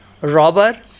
robber